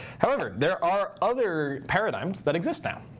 however, there are other paradigms that exist now.